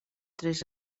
tres